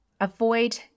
avoid